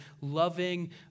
loving